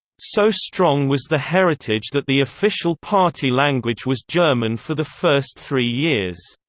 so strong was the heritage that the official party language was german for the first three years.